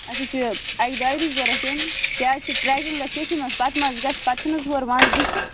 اَسہِ حظ چھُ اکہِ دۄیہِ دۄہۍ ضروٗرت یِم کیٛازِکہِ ٹرٛیکِنگ گَژھِ ییٚتھٕے منٛز پتہٕ ما حظ گَژھِ پتہٕ چھُنہٕ حظ ونٛدٕ بُتھِ